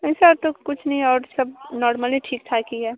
ऐसा तो कुछ नहीं और सब नोर्मली ठीकठाक ही है